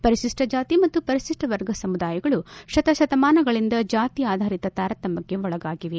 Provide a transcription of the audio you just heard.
ಪರಿಶಿಷ್ಷ ಜಾತಿ ಮತ್ತು ಪರಿಶಿಷ್ಷ ವರ್ಗ ಸಮುದಾಯಗಳು ಶತ ಶತಮಾನಗಳಿಂದ ಜಾತಿ ಆಧರಿತ ತಾರತಮ್ಯಕ್ಷೆ ಒಳಗಾಗಿವೆ